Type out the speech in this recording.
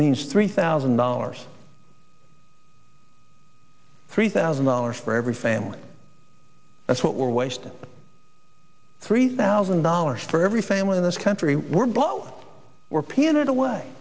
means three thousand dollars three thousand dollars for every family that's what we're wasting three thousand dollars for every family in this country were bought were painted away